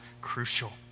crucial